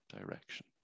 direction